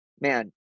man